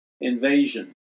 invasion